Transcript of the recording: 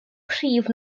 prif